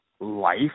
life